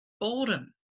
boredom